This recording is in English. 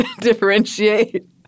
differentiate